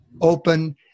open